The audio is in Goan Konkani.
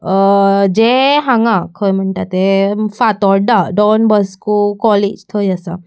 जें हांगां खंय म्हणटा तें फातोर्डा डॉन बॉस्को कॉलेज थंय आसा